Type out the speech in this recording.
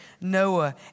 Noah